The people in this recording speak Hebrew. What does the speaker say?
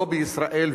לא בישראל,